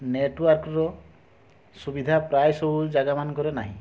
ନେଟୱାର୍କ୍ର ସୁବିଧା ପ୍ରାୟ ସବୁଜାଗା ମାନଙ୍କରେ ନାହିଁ